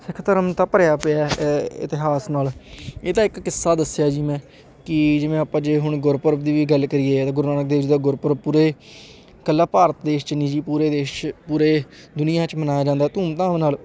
ਸਿੱਖ ਧਰਮ ਤਾਂ ਭਰਿਆ ਪਿਆ ਇਤਿਹਾਸ ਨਾਲ ਇਹ ਤਾਂ ਇੱਕ ਕਿੱਸਾ ਦੱਸਿਆ ਜੀ ਮੈਂ ਕਿ ਜਿਵੇਂ ਆਪਾਂ ਜੇ ਹੁਣ ਗੁਰਪੁਰਬ ਦੀ ਵੀ ਗੱਲ ਕਰੀਏ ਗੁਰੂ ਨਾਨਕ ਦੇਵ ਜੀ ਦਾ ਗੁਰਪੁਰਬ ਪੂਰੇ ਇਕੱਲਾ ਭਾਰਤ ਦੇਸ਼ 'ਚ ਨਹੀਂ ਜੀ ਪੂਰੇ ਦੇਸ਼ 'ਚ ਪੂਰੇ ਦੁਨੀਆਂ 'ਚ ਮਨਾਇਆ ਜਾਂਦਾ ਧੂਮਧਾਮ ਨਾਲ